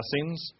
blessings